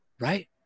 Right